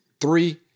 three